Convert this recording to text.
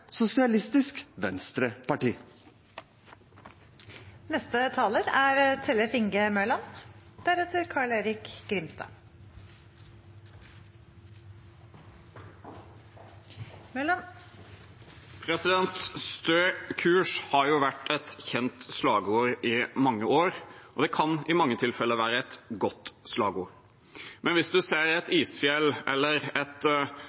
Sosialistisk Venstreparti. «Stø kurs» har jo vært et kjent slagord i mange år, og det kan i mange tilfeller være et godt slagord. Men hvis man ser et isfjell eller et